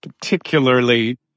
particularly